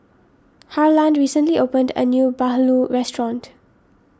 Harland recently opened a new Bahulu restaurant